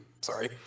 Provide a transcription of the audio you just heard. sorry